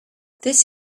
this